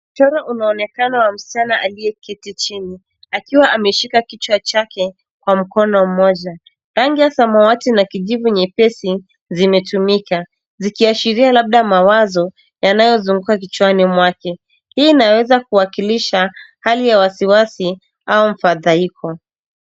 Mchoro unaonekana wa msichana aliyeketi chini akiwa ameshika kichwa chake kwa mkono mmoja. Rangi ya samawati na kijivu nyepesi zimetumika zikiashiria labda mawazo yanayozunguka kichwani mwake. Hii inaweza kuwakilisha hali ya wasiwasi au mfadhaiko.